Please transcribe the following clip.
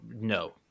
No